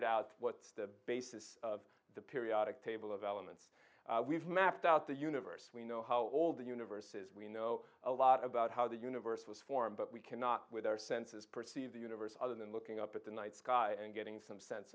figured out what's the basis of the periodic table of elements we've mapped out the universe we know how old the universe is we know a lot about how the universe was formed but we cannot with our senses perceive the universe other than looking up at the night sky and getting some sense